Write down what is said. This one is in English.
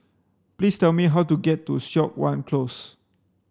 please tell me how to get to Siok Wan Close